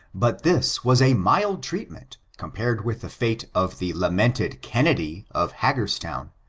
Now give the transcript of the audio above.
but this was a mild treatment compared with the fate of the lamented kennedy, of hagerstown.